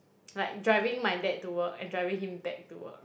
like driving my dad to work and driving him back to work